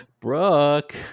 brooke